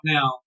Now